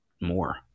more